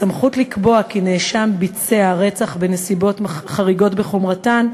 הסמכות לקבוע כי נאשם ביצע רצח בנסיבות חריגות בחומרתן,